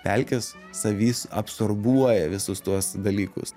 pelkes savys absorbuoja visus tuos dalykus